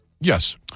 yes